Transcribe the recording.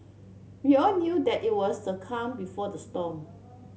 we all knew that it was the calm before the storm